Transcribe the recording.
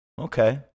okay